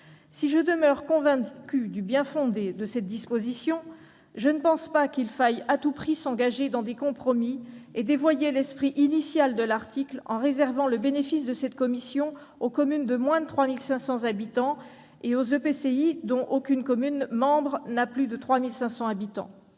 Si je demeure convaincue du bien-fondé de cette disposition, je ne pense pas qu'il faille à tout prix s'engager dans des compromis et dévoyer l'esprit initial de l'article en réservant le bénéfice de cette disposition aux communes de moins de 3 500 habitants et aux EPCI dont aucune commune membre n'a plus de 3 500 habitants.